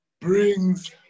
brings